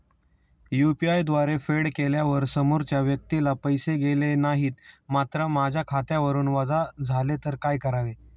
UPI द्वारे फेड केल्यावर समोरच्या व्यक्तीला पैसे गेले नाहीत मात्र माझ्या खात्यावरून वजा झाले तर काय करावे?